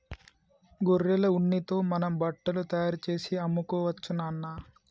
గొర్రెల ఉన్నితో మనం బట్టలు తయారుచేసి అమ్ముకోవచ్చు నాన్న